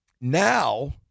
Now